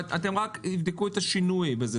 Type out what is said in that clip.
רק יבדקו את השינוי בהם.